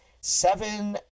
Seven